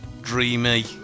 dreamy